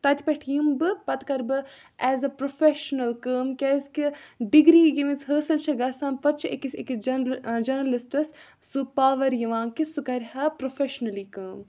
تَتہِ پٮ۪ٹھ یِم بہٕ پَتہٕ کَرٕ بہٕ ایز اَ پرٛوفیشنَل کٲم کیٛازِکہِ ڈِگری ییٚمِس حٲصِل چھِ گژھان پَتہٕ چھِ أکِس أکِس جَنرٕ جَرنَلِسٹَس سُہ پاوَر یِوان کہِ سُہ کَرِہا پرٛوفٮ۪شنٔلی کٲم